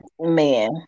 man